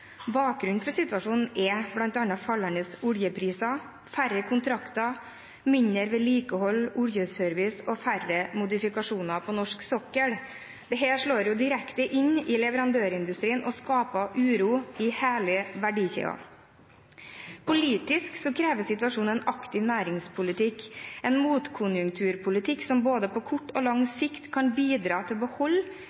Bakgrunnen for situasjonen er bl.a. fallende oljepriser, færre kontrakter, mindre vedlikehold, mindre oljeservice og færre modifikasjoner på norsk sokkel. Dette slår direkte inn i leverandørindustrien og skaper uro i hele verdikjeden. Politisk krever situasjonen en aktiv næringspolitikk – en motkonjunkturpolitikk, som på både kort og lang